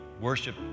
worship